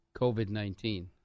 COVID-19